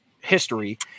history